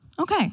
Okay